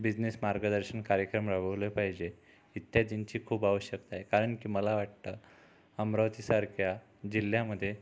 business मार्गदर्शन कार्यक्रम राबवले पाहिजे इत्यादींची खूप आवश्यकता आहे कारण की मला वाटतं अमरावतीसारख्या जिल्ह्यामध्ये